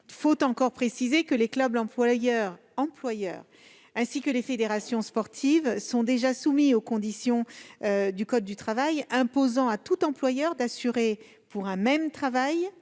et des sportifs, les clubs employeurs et les fédérations sportives sont déjà soumis aux conditions du code du travail imposant à tout employeur d'assurer, pour un même travail,